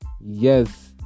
yes